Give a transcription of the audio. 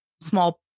small